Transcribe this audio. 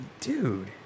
Dude